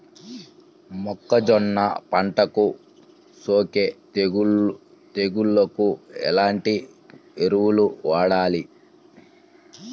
మొక్కజొన్న పంటలకు సోకే తెగుళ్లకు ఎలాంటి ఎరువులు వాడాలి?